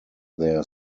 their